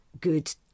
good